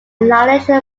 lineage